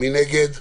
מי נגד?